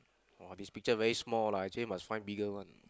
!wah! this picture very small lah actually must find bigger [one]